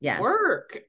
work